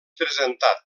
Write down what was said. presentat